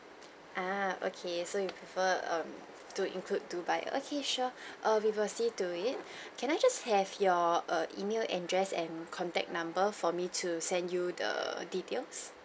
ah okay so you prefer um to include dubai okay sure err we will see to it can I just have your err email address and contact number for me to send you the details